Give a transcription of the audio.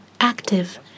active